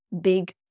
big